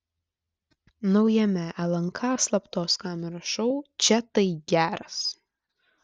naujame lnk slaptos kameros šou čia tai geras